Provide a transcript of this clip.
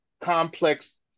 complex